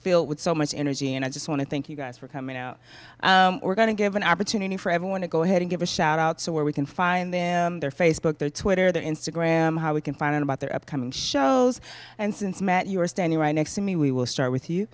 filled with so much energy and i just want to thank you guys for coming out we're going to give an opportunity for everyone to go ahead and give a shout out so where we can find them their facebook their twitter their instagram how we can find out about their upcoming shows and since met you are standing right next to me we will start with you